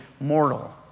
mortal